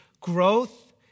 Growth